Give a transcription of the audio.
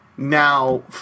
Now